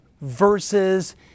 versus